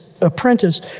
apprentice